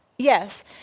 Yes